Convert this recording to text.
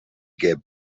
geb